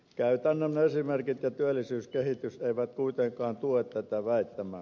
käytännön esimerkit ja työllisyyskehitys eivät kuitenkaan tue tätä väittämää